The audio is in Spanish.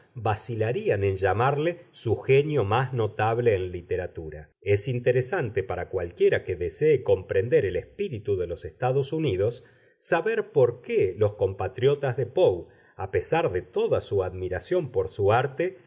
norteamericanos vacilarían en llamarle su genio más notable en literatura es interesante para cualquiera que desee comprender el espíritu de los estados unidos saber por qué los compatriotas de poe a pesar de toda su admiración por su arte